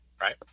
right